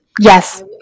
yes